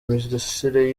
mirasire